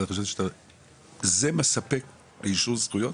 זה מספק לאישור זכויות?